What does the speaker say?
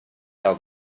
how